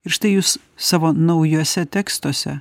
ir štai jūs savo naujuose tekstuose